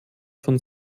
von